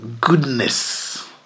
goodness